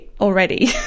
already